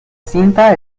cinta